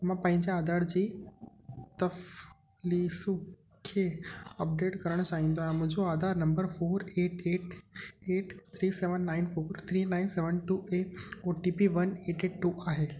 मां पंहिंजे आधार जी तफ़लीफ़ूं खे अपडेट करणु चाहींदो आहियां मुंहिंजो Aadhaar number four eight eight eight three seven nine four three nine seven two ऐं O T P one eight eight two आहे